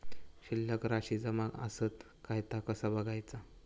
शिल्लक राशी जमा आसत काय ता कसा बगायचा?